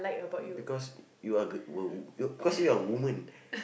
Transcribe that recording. because you are girl well cause you are woman